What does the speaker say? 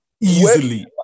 Easily